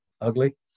ugly